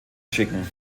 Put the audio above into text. schicken